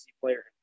player